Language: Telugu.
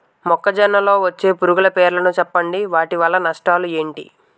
మొక్కజొన్న లో వచ్చే పురుగుల పేర్లను చెప్పండి? వాటి వల్ల నష్టాలు ఎంటి?